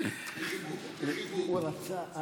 היושב-ראש.